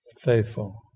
faithful